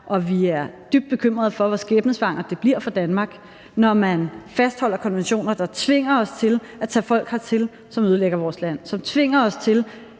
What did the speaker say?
og vi er dybt bekymrede for, hvor skæbnesvangert det bliver for Danmark, når man fastholder konventioner, der tvinger os til at tage folk hertil, som ødelægger vores land; som tvinger os til